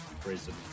prison